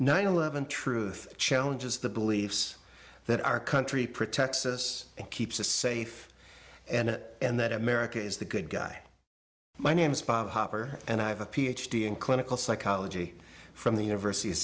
nine eleven truth challenges the beliefs that our country protects us and keeps us safe and and that america is the good guy my name's bob hopper and i have a ph d in clinical psychology from the university